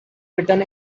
written